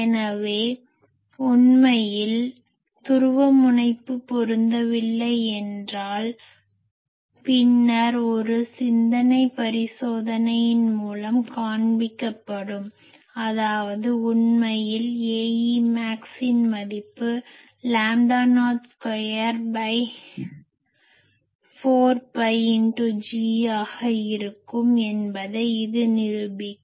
எனவே உண்மையில் துருவமுனைப்பு பொருந்தவில்லை என்றால் பின்னர் ஒரு சிந்தனை பரிசோதனையின் மூலம் காண்பிக்கப்படும் அதாவது உண்மையில் Aemax இன் மதிப்பு லாம்டா நாட் ஸ்கொயர்4pi × G ஆக இருக்கும் என்பதை இது நிரூபிக்கும்